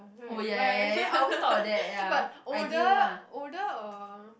why why but older older or